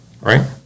Right